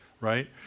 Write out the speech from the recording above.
right